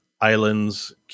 islands